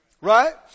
right